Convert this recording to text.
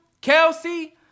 Kelsey